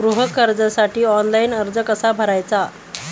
गृह कर्जासाठी ऑनलाइन अर्ज कसा भरायचा?